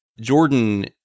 Jordan